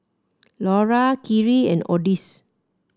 Lura Kyrie and Odis